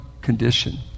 condition